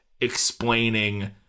explaining